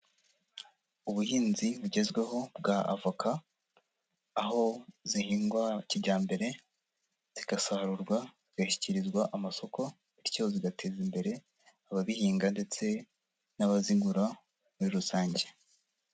Ubuhinzi bugezweho bwa avoka, aho zihingwa kijyambere, zigasarurwa zigashyikirizwa amasoko bityo zigateza imbere ababihinga ndetse n'abazigura muri rusange.